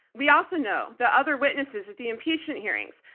we also know the other witnesses at the impeachment hearings,